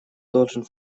должен